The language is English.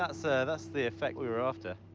that's ah that's the effect we were after.